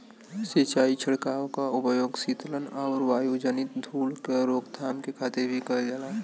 सिंचाई छिड़काव क उपयोग सीतलन आउर वायुजनित धूल क रोकथाम के खातिर भी कइल जाला